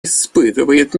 испытывает